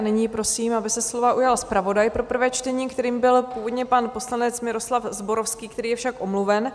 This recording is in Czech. Nyní prosím, aby se slova ujal zpravodaj pro prvé čtení, kterým byl původně pan poslanec Miroslav Zborovský, který je však omluven.